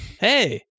Hey